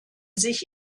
sich